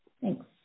Thanks